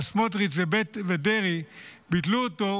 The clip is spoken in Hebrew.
אבל סמוטריץ' ודרעי ביטלו אותו,